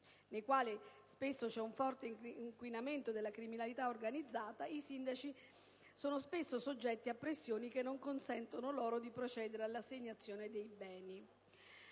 dove spesso c'è un forte inquinamento della criminalità organizzata, i sindaci sono sovente soggetti a pressioni che non consentono loro di procedere all'assegnazione dei beni.